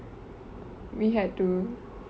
we had to